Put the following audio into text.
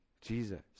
Jesus